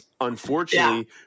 Unfortunately